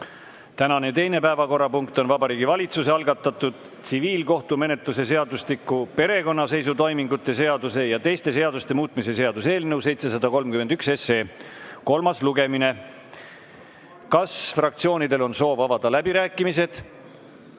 Tänane teine päevakorrapunkt on Vabariigi Valitsuse algatatud tsiviilkohtumenetluse seadustiku, perekonnaseisutoimingute seaduse ja teiste seaduste muutmise seaduse eelnõu 731 kolmas lugemine. Kas fraktsioonidel on soov avada läbirääkimised?